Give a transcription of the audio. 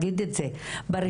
להגיב מיידית,